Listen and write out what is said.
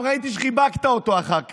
אבל גם ראיתי שחיבקת אותו אחר כך.